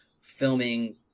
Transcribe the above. filming